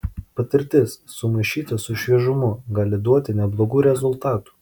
patirtis sumaišyta su šviežumu gali duoti neblogų rezultatų